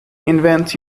invent